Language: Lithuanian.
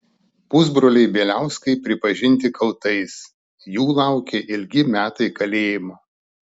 pusbroliai bieliauskai pripažinti kaltais jų laukia ilgi metai kalėjimo